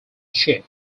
chief